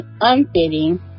unfitting